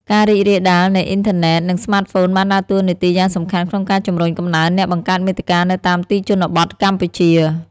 ការរីករាលដាលនៃអ៊ីនធឺណិត និងស្មាតហ្វូនបានដើរតួនាទីយ៉ាងសំខាន់ក្នុងការជំរុញកំណើនអ្នកបង្កើតមាតិកានៅតាមទីជនបទកម្ពុជា។